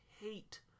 hate